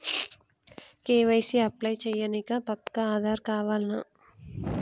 KYC apply చేయనీకి పక్కా ఆధార్ కావాల్నా?